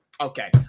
okay